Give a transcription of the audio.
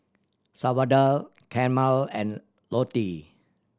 Salvador Carmel and Lottie